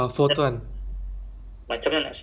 is it C hash or something hash